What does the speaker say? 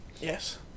Yes